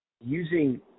using